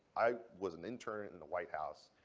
i was an intern in the white house,